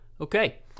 Okay